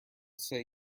say